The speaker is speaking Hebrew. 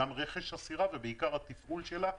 גם על רכש הסירה ובעיקר על התפעול שלה.